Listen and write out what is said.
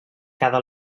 cada